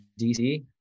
DC